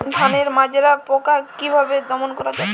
ধানের মাজরা পোকা কি ভাবে দমন করা যাবে?